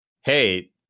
hey